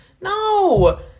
No